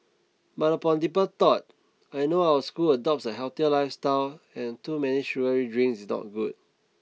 but upon deeper thought I know our school adopts a healthier lifestyle and too many sugary drinks is not good